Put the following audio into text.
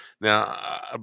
now